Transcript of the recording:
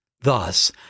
Thus